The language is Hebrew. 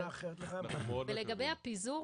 לגבי הפיזור